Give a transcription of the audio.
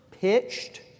pitched